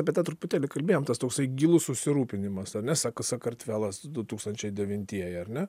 apie tą truputėlį kalbėjom tas toksai gilus susirūpinimas ar ne sak sakartvelas du tūkstančiai devintieji ar ne